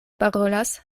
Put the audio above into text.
parolas